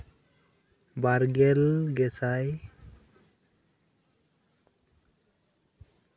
ᱵᱟᱨᱜᱮᱞ ᱜᱮᱥᱟᱭ